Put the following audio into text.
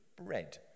bread